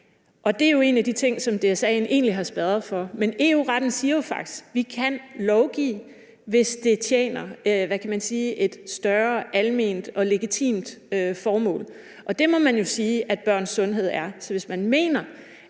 Det er jo en af de ting, som DSA'en egentlig har spærret for. Men EU-retten siger jo faktisk, at vi kan lovgive, hvis det tjener et større alment og legitimt formål, og det må man sige at børns sundhed er. Så hvis man mener,